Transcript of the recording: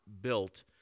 built